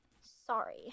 Sorry